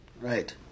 right